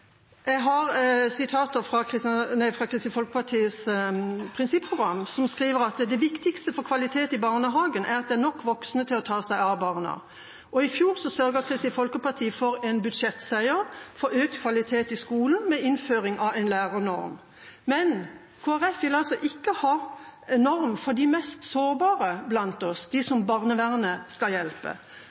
er nok voksne til å ta seg av barna.» Og i fjor sørget Kristelig Folkeparti for en budsjettseier for økt kvalitet i skolen, med innføring av en lærernorm. Men Kristelig Folkeparti vil altså ikke ha en norm for de mest sårbare blant oss, de som barnevernet skal hjelpe.